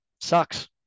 Sucks